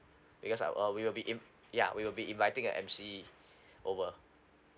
because I uh we will be in~ ya we will be inviting an emcee over